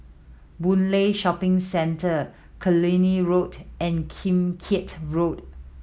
Boon Lay Shopping Centre Killiney Road and Kim Keat Road